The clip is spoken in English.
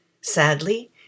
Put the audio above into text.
Sadly